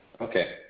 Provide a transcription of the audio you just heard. Okay